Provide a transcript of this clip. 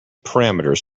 parameters